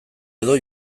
edo